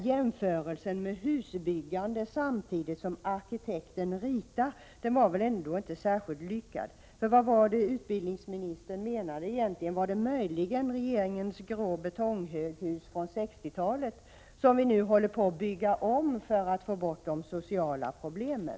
Jämförelsen med att husbyggande sker samtidigt som arkitekten ritar var välinte särskilt lyckad. Vad var det utbildningsministern menade egentligen? Gällde det möjligen regeringens grå betonghöghus från 60-talet, som vi nu håller på att bygga om för att få bort de sociala problemen?